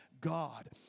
God